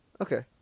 Okay